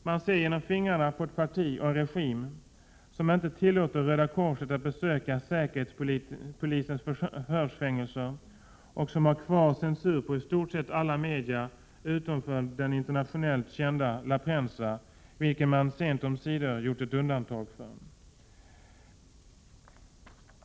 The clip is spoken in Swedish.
Man ser genom fingrarna på ett parti och en regim som inte tillåter Röda korset att besöka säkerhetspolisens förhörsfängelser och som har kvar censur för i stort sett alla media utom för den internationellt kända La Prensa, vilken man sent omsider gjort ett undantag för.